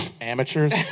amateurs